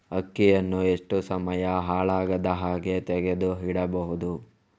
ಅಕ್ಕಿಯನ್ನು ಎಷ್ಟು ಸಮಯ ಹಾಳಾಗದಹಾಗೆ ತೆಗೆದು ಇಡಬಹುದು?